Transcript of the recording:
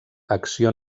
acció